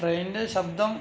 ട്രെയിനിൻ്റെ ശബ്ദം